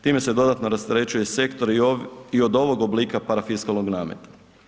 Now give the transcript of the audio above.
Time se dodatno rasterećuje sektor i od ovog oblika parafiskalnog nameta.